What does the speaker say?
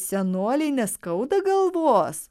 senolei neskauda galvos